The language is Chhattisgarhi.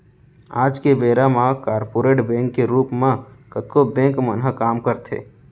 आज के बेरा म कॉरपोरेट बैंक के रूप म कतको बेंक मन ह काम करथे